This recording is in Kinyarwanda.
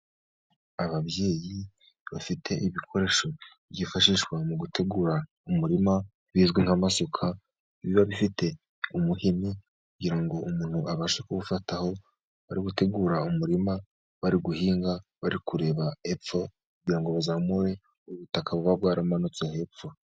Ababyeyi bafite ibikoresho byifashishwa mu gutegura umurima bizwi nk'amasuka. Biba bifite umuhini kugira ngo umuntu abashe kuwufataho, bari gutegura umurima bari guhinga, bari kureba epfo kugira ngo bazamure ubutaka buba bwaramanutse hepfo.